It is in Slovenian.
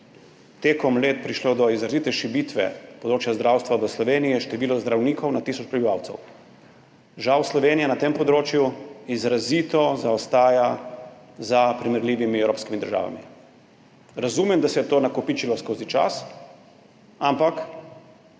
tekom let prišlo do izrazite širitve področja zdravstva v Sloveniji, je število zdravnikov na tisoč prebivalcev. Žal Slovenija na tem področju izrazito zaostaja za primerljivimi evropskimi državami. Razumem, da se je to nakopičilo skozi čas, ampak